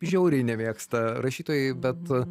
žiauriai nemėgsta rašytojai bet